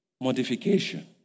modification